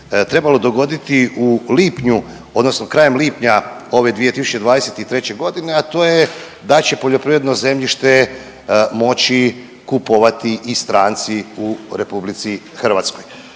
trebalo dogoditi u lipnju odnosno krajem lipnja ove 2023. godine, a to je da će poljoprivredno zemljište moći kupovati i stranci u RH. Naravno